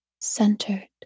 centered